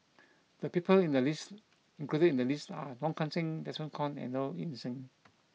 the people in the list included in the list are Wong Kan Seng Desmond Kon and Low Ing Sing